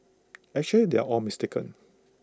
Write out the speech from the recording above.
actually they are all mistaken